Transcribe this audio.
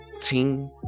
team